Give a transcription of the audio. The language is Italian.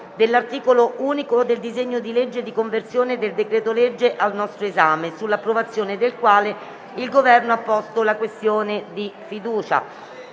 dell'articolo unico del disegno di legge di conversione del decreto-legge 27 gennaio 2022, n. 4, sull'approvazione del quale il Governo ha posto la questione di fiducia.